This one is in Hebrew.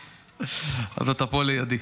אז אתה פה לידי.